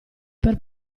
per